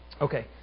okay